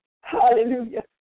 Hallelujah